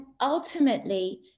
ultimately